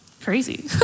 crazy